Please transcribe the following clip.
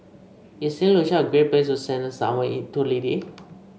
is Saint Lucia a great place to spend the summer